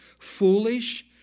Foolish